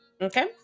okay